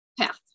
path